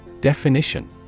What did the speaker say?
Definition